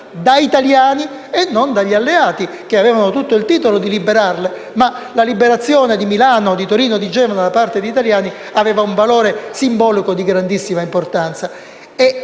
dagli italiani e non dagli alleati. Gli alleati avevano tutto il titolo per liberarle, ma la liberazione di Milano, di Torino o di Genova da parte degli italiani aveva un valore simbolico di grandissima importanza.